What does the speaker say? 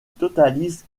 totalise